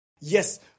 Yes